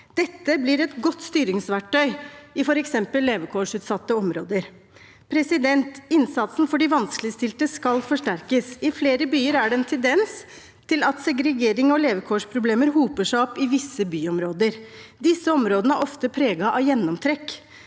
Dette blir et godt styringsverktøy i f.eks. levekårsutsatte områder. Innsatsen for de vanskeligstilte skal forsterkes. I flere byer er det en tendens til at segregerings- og levekårsproblemer hoper seg opp i visse byområder. Disse områdene er ofte preget av gjennomtrekk,